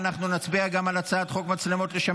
אנחנו נצביע גם על הצעת חוק התקנת מצלמות לשם